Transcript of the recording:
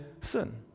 sin